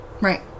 Right